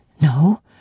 No